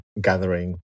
gathering